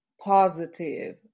positive